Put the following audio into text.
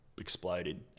Exploded